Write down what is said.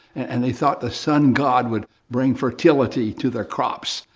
and they thought the sun god would bring fertility to their crops,